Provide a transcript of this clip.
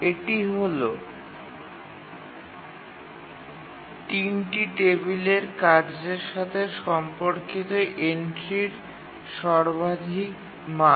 এটি হল ৩ টি টেবিলের কার্যের সাথে সম্পর্কিত এন্ট্রির সর্বাধিক মান